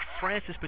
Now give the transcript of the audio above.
Francis